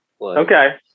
okay